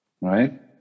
right